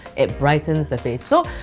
it brightens the face. so.